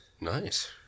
Nice